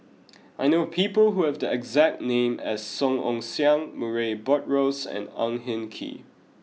I know people who have the exact name as Song Ong Siang Murray Buttrose and Ang Hin Kee